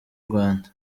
rwanda